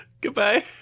Goodbye